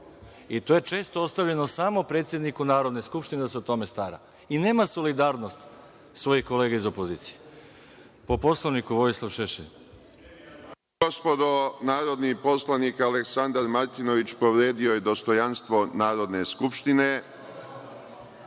To je često ostavljeno samo predsedniku Narodne skupštine da se o tome stara i nema solidarnosti svojih kolega iz opozicije. Po Poslovniku, reč ima Vojislav Šešelj.